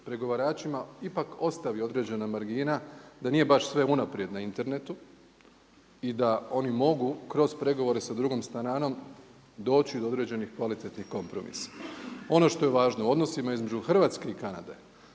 pregovaračima ipak ostavi određena margina da nije baš sve unaprijed na internetu i da oni mogu kroz pregovore sa drugom stranom doći do određenih kvalitetnih kompromisa. Ono što je važno u odnosima između Hrvatske i Kanade